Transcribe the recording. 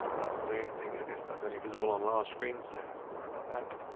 that's not doing anything, i guess that's only visible on large screens so let's not worry about.